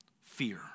fear